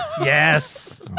Yes